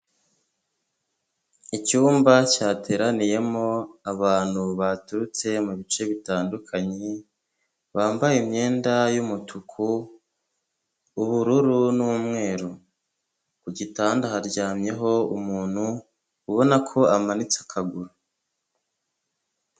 Icyumba cyateraniyemo abantu baturutse mu bice bitandukanye bambaye imyenda y'umutuku, ubururu n'umweru; ku gitanda haryamyeho umuntu ubona ko amanitse akaguru.